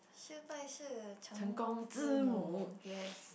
失败是成功之母 yes